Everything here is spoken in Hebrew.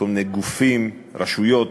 עם כל מיני גופים, רשויות,